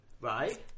right